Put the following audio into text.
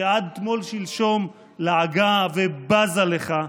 שעד תמול-שלשום לעגה ובזה לך,